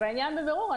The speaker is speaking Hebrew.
העניין בבירור.